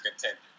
contender